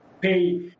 pay